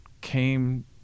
came